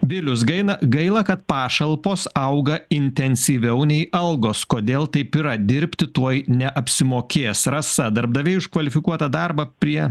vilius gaina gaila kad pašalpos auga intensyviau nei algos kodėl taip yra dirbti tuoj neapsimokės rasa darbdaviai už kvalifikuotą darbą prie